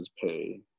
pay